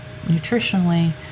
nutritionally